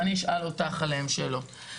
ואני אשאל אותך עליהם שאלות.